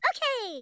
Okay